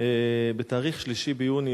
בתאריך 3 ביוני,